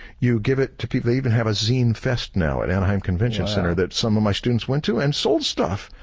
you give it to people they even have a zine fest now at anaheim convention center that some of my students went to and sold stuff.